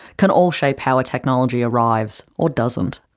can all shape how a technology arrives or doesn't.